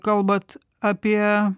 kalbat apie